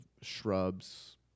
shrubs